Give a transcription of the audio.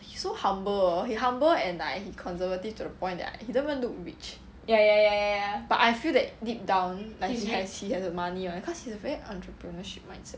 so humble a humble and I he conservative to the point that I didn't even look rich ya ya ya ya but I feel that deep down like he has he has money lah cause he's very entrepreneurship mindset